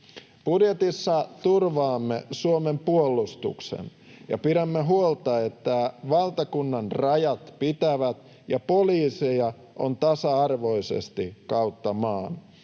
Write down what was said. Budjetissa turvaamme Suomen puolustuksen ja pidämme huolta, että valtakunnanrajat pitävät ja poliiseja on tasa-arvoisesti kautta maan.